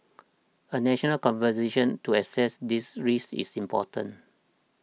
a national conversation to assess these risks is important